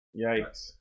Yikes